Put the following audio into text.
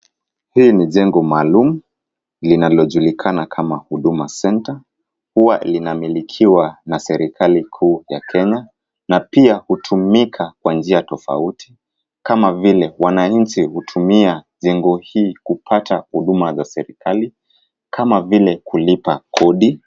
Hii ni jengo maaulum linalojulikana kama Huduma Center. Huwa linamilikiwa na serikali kuu ya Kenya na pia hutumika kwa njia tofauti kama vile wananchi hutumia jengo hii kupata huduma za serikali kama vile kulipa kodi.